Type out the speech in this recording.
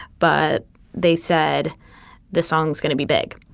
but they said the song's gonna be big.